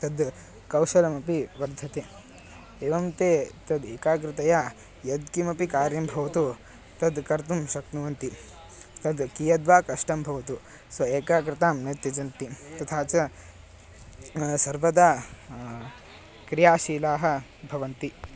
तद् कौशलमपि वर्धते एवं ते तद् एकाग्रतया यद् किमपि कार्यं भवतु तद् कर्तुं शक्नुवन्ति तद् कियद्वा कष्टं भवतु स्व एकाग्रतां न त्यजन्ति तथा च सर्वदा क्रियाशीलाः भवन्ति